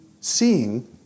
seeing